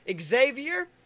Xavier